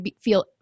feel